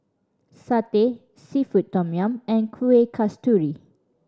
satay seafood tom yum and Kuih Kasturi